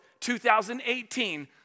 2018